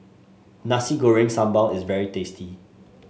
Nasi Goreng Sambal is very tasty